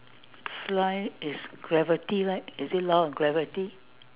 fly is gravity right is it law of gravity